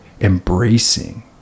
embracing